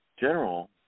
general